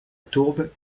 tourbe